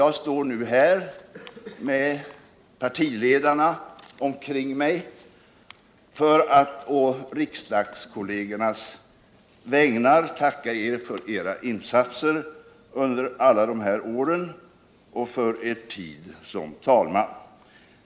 Jag står nu här med partiledarna omkring mig för att å riksdagskollegernas vägnar tacka er för era insatser under alla dessa år och för er tid som talman.